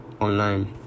online